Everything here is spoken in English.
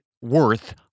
worth